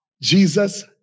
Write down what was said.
Jesus